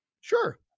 Sure